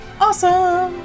Awesome